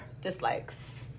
dislikes